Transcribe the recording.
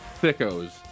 Thicko's